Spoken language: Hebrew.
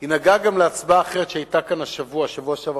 היא נגעה גם להצבעה אחרת שהיתה כאן בכנסת בשבוע שעבר,